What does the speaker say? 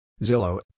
Zillow